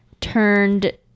turned